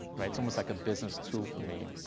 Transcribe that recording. right? it's almost like a business tool for me.